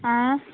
आं